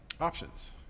options